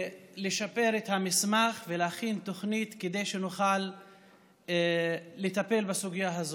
לשפר את המסמך ולהכין תוכנית כדי שנוכל לטפל בסוגיה הזאת.